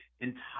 entire